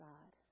God